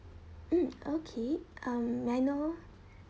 mm okay um may I know